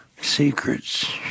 Secrets